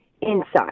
inside